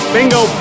Bingo